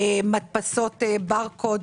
מדפסות ברקוד,